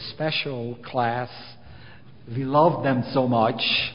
special class we love them so much